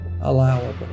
allowable